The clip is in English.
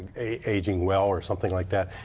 aging well or something like that.